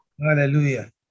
hallelujah